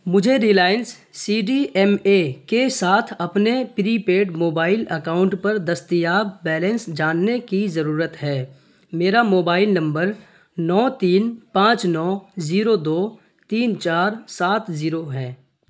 مجھے Reliance C D M A کے ساتھ اپنے پری پیڈ موبائل اکاؤنٹ پر دستیاب بیلنس جاننے کی ضرورت ہے میرا موبائل نمبر نو تین پانچ نو زیرو دو تین چار سات زیرو ہے